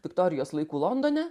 viktorijos laikų londone